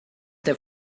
der